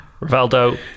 Rivaldo